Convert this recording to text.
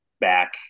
back